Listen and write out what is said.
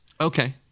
okay